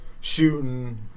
shooting